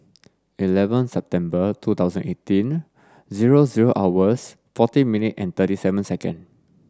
eleven September two thousand eighteen zero zero hours forty minute and thirty seven second